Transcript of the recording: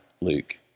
Luke